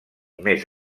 més